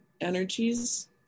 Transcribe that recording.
energies